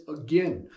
again